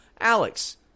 Alex